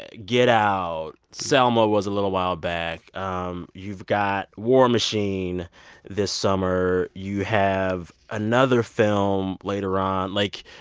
ah get out, selma was a little while back. um you've got war machine this summer. you have another film later on. like,